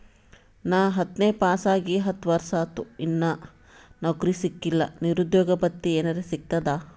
ನಾ ಹತ್ತನೇ ಪಾಸ್ ಆಗಿ ಹತ್ತ ವರ್ಸಾತು, ಇನ್ನಾ ನೌಕ್ರಿನೆ ಸಿಕಿಲ್ಲ, ನಿರುದ್ಯೋಗ ಭತ್ತಿ ಎನೆರೆ ಸಿಗ್ತದಾ?